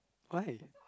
why